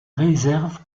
réserve